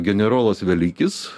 generolas velykis